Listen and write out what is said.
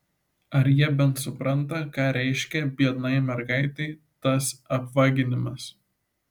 ar jie bent supranta ką reiškia biednai mergaitei tas apvaginimas